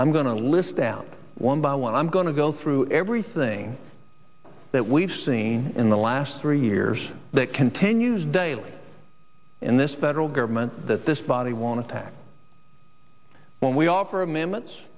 i'm going to list down one by one i'm going to go through everything that we've seen in the last three years that continues daily in this federal government that this body want to tack when we offer amendments